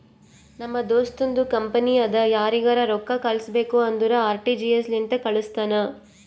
ನಮ್ ದೋಸ್ತುಂದು ಕಂಪನಿ ಅದಾ ಯಾರಿಗರೆ ರೊಕ್ಕಾ ಕಳುಸ್ಬೇಕ್ ಅಂದುರ್ ಆರ.ಟಿ.ಜಿ.ಎಸ್ ಲಿಂತೆ ಕಾಳುಸ್ತಾನ್